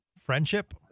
Friendship